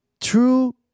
true